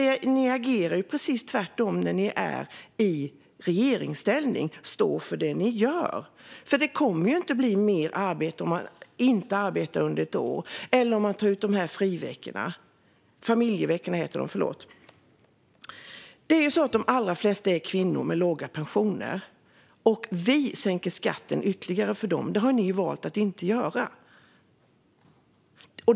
Ni agerar ju precis tvärtom när ni är i regeringsställning. Stå för det ni gör! Det kommer ju inte att bli mer arbete om man inte arbetar under ett år eller om man tar ut dessa familjeveckor. Det är ju så att de allra flesta är kvinnor med låga pensioner. Vi sänker skatten ytterligare för dem, men det har ni valt att inte göra.